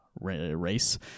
race